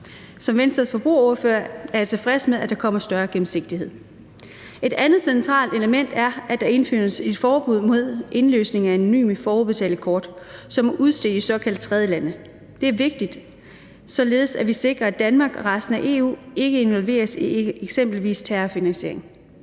Som Venstres forbrugerordfører er jeg tilfreds med, at der kommer større gennemsigtighed. Et andet centralt element er, at der indføres et forbud mod indløsning af anonyme forudbetalte kort, som er udstedt i såkaldt tredjelande. Det er vigtigt, således at vi sikrer, at Danmark og resten af EU ikke involveres i eksempelvis terrorfinansiering.